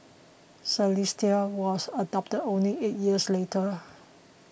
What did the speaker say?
Celeste was adopted only eight years later